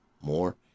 more